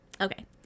Okay